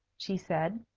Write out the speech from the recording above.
she said.